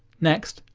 next,